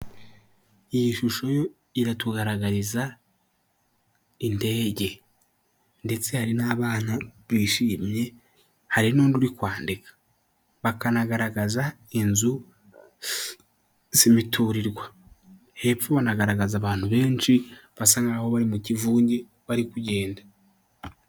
Iyi shusho iratugaragariza indege, ndetse hari n'abana bishimye, hari n'undi uri kwandika, bakanagaragaza inzu zibiturirwa, hepfo banagaragaza abantu benshi, basa nk'aho bari mu kivunge bari kugenda.